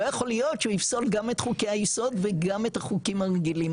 לא יכול להיות שהוא יפסול גם את חוקי היסוד וגם את החוקים הרגילים,